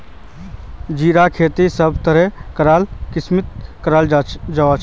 जीरार खेती सब तरह कार मित्तित कराल जवा सकोह